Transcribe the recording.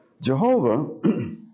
Jehovah